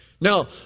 Now